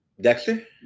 Dexter